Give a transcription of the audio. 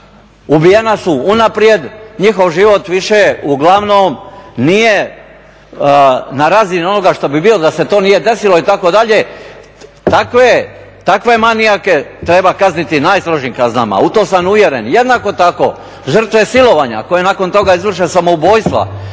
ubijena su unaprijed, njihov život više uglavnom nije na razini onoga što bi bilo da se to nije desilo itd. Takve manijake treba kazniti najstrožim kaznama, u to sam uvjeren. Jednako tako žrtve silovanja koje nakon toga izvrše samoubojstva